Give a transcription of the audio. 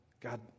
God